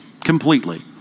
completely